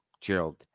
Gerald